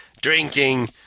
drinking